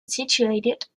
situated